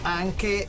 anche